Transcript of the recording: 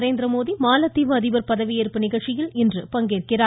நரேந்திரமோடி மாலத்தீவு அதிபர் பதவியேற்பு நிகழ்ச்சியில் இன்று பங்கேற்கிறார்